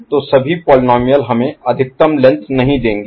तो सभी पोलीनोमिअल हमें अधिकतम लेंथ नहीं देंगे